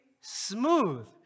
smooth